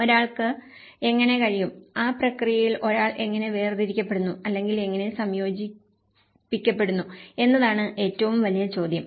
ഒരാൾക്ക് എങ്ങനെ കഴിയും ആ പ്രക്രിയയിൽ ഒരാൾ എങ്ങനെ വേർതിരിക്കപ്പെടുന്നു അല്ലെങ്കിൽ എങ്ങനെ സംയോജിപ്പിക്കപ്പെടുന്നു എന്നതാണ് ഏറ്റവും വലിയ ചോദ്യം